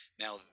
Now